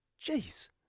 Jeez